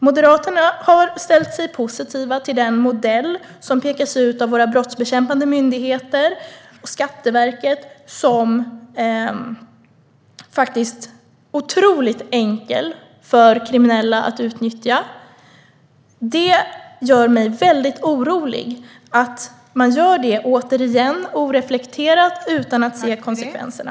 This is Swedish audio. Moderaterna har ställt sig positiva till den modell som pekas ut av våra brottsbekämpande myndigheter och Skatteverket som otroligt enkel för kriminella att utnyttja. Det gör mig orolig att man gör det - återigen oreflekterat och utan att se konsekvenserna.